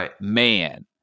man